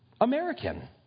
American